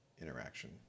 interaction